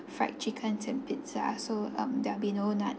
fried chicken and pizza so um there will be no nuts